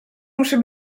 muszę